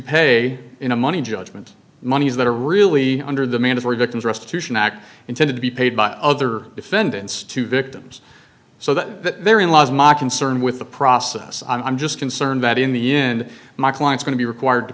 pay in a money judgment monies that are really under the mandatory victim's restitution act intended to be paid by other defendants to victims so that their in laws mock concern with the process i'm just concerned that in the end my client's going to be required to